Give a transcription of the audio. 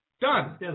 Done